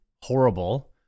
horrible